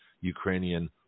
Ukrainian